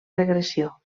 regressió